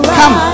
come